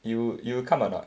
you you come or not